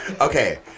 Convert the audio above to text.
Okay